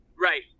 Right